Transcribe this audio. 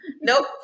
Nope